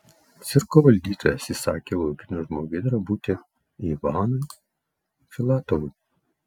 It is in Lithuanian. cirko valdytojas įsakė laukiniu žmogėdra būti ivanui filatovui